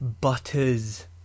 butters